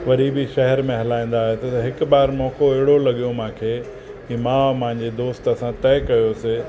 वरी बि शहर में हलाईंदा हुआसीं त हिकु बार मौक़ो अहिड़ो लॻियो मांखे कि मां मांजे दोस्त असां तइ कयोसीं